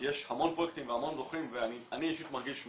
כי יש המון פרויקטים והמון זוכים ואני אישית מרגיש,